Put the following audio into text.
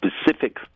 specific